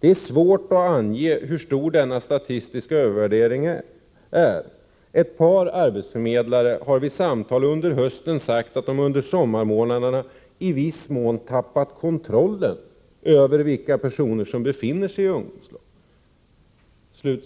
Det är svårt att ange hur stor denna statistiska övervärdering är. Ett par arbetsförmedlare har vid samtal under hösten sagt att de under sommarmånaderna i viss mån tappat kontrollen över vilka personer som befinner sig i ungdomslag.” Vad jag